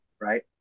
right